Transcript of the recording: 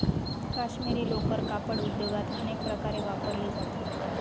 काश्मिरी लोकर कापड उद्योगात अनेक प्रकारे वापरली जाते